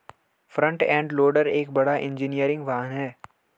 front end loader एक बड़ा engineering वाहन है